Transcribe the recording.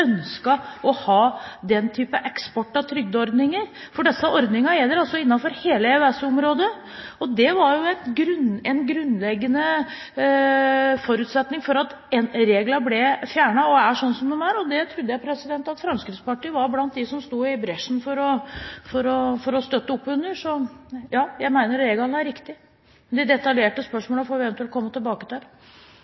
å ha den type eksport av trygdeordninger. Disse ordningene gjelder altså innenfor hele EØS-området, og det var jo en grunnleggende forutsetning for at regler ble fjernet og er sånn som de er. Jeg trodde Fremskrittspartiet var blant dem som sto i bresjen for å støtte opp under det. Så, ja, jeg mener reglene er riktige, men de detaljerte